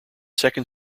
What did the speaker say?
second